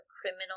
criminal